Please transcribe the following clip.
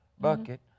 bucket